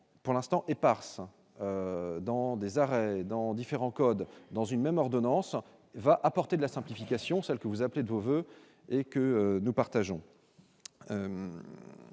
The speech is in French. pour l'instant éparses, dans des arrêts dans différents codes dans une même ordonnance va apporter de la simplification, celles que vous appelez de vos voeux et que nous partageons